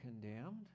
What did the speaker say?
condemned